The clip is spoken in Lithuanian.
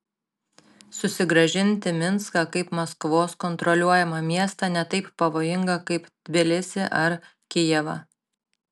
susigrąžinti minską kaip maskvos kontroliuojamą miestą ne taip pavojinga kaip tbilisį ar kijevą